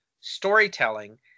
storytelling